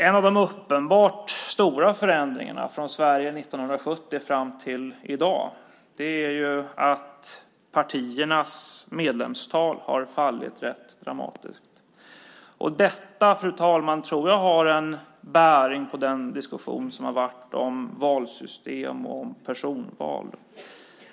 En av de uppenbart stora förändringarna i Sverige från 1970 till i dag är att partiernas medlemstal fallit rätt dramatiskt. Detta, fru talman, tror jag har bäring på den diskussion som varit om valsystem och personval.